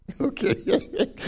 Okay